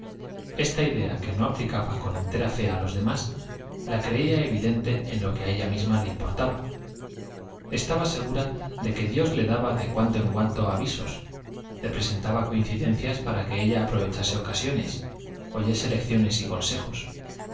esta idea que no aplicaba con entera fe a los demás la creía evidente en lo que a ella misma le importaba estaba segura de que dios le daba de cuando en cuando avisos le presentaba coincidencias para que ella aprovechase ocasiones oyese lecciones y consejos